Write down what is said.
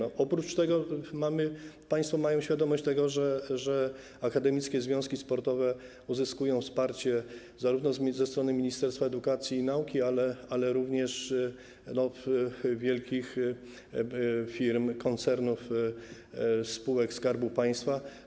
Oprócz tego państwo mają świadomość tego, że akademickie związki sportowe uzyskują wsparcie zarówno ze strony Ministerstwa Edukacji i Nauki, ale również wielkich firm, koncernów, spółek Skarbu Państwa.